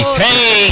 hey